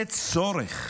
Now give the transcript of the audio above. זה צורך.